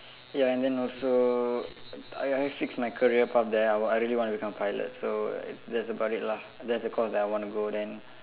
ya and then also I I fix my career path there I I really want to become pilot so that's about it lah that's the course that I want to go then